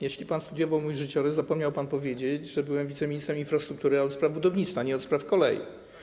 Jeśli pan studiował mój życiorys, to zapomniał pan powiedzieć, że byłem wiceministrem infrastruktury, ale od spraw budownictwa, a nie od spraw kolei.